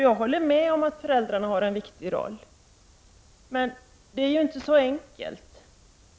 Jag håller med om att föräldrarna har en viktig roll, men det är inte så enkelt.